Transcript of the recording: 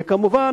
וכמובן,